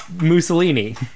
Mussolini